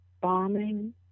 bombing